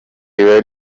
riba